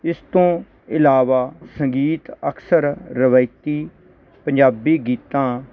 ਇਸ ਤੋਂ ਇਲਾਵਾ ਸੰਗੀਤ ਅਕਸਰ ਰਵਾਇਤੀ ਪੰਜਾਬੀ ਗੀਤਾਂ